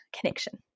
connection